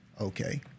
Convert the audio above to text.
okay